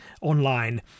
online